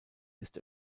ist